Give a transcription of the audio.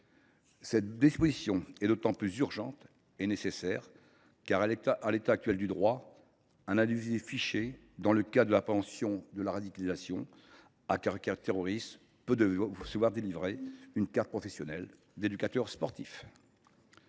Cette disposition est d’autant plus urgente que, en l’état actuel du droit, un individu fiché au titre de la prévention de la radicalisation à caractère terroriste peut tout de même se voir délivrer une carte professionnelle d’éducateur sportif.